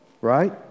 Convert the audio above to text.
Right